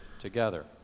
together